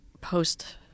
post